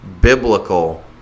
biblical